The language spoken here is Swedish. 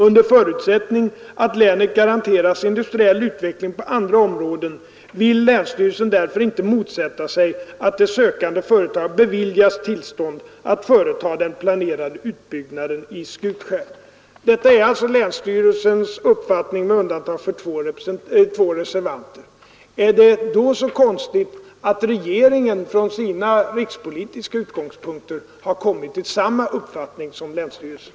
Under förutsättning att länet garanteras industriell utveckling på andra områden vill länsstyrelsen därför inte motsätta sig att det sökande företaget beviljas tillstånd att företa den planerade utbyggnaden i Skutskär.” Detta är alltså länsstyrelsens uppfattning; två ledamöter hade reserverat sig. Är det då så konstigt att regeringen från rikspolitiska utgångspunkter kommit till samma uppfattning som länsstyrelsen?